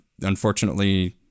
unfortunately